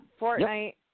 Fortnite